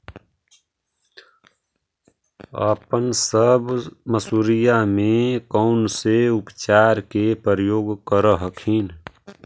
अपने सब मसुरिया मे कौन से उपचार के प्रयोग कर हखिन?